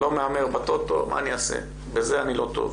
לא מהמר בטוטו, מה לעשות, בזה אני לא טוב.